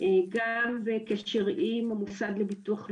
גם בקשר עם המוסד לביטוח לאומי,